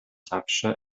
zawsze